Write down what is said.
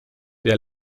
der